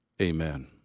Amen